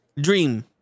Dream